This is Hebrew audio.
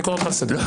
אני קורא אותך לסדר.